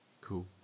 Cool